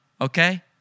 okay